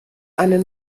eine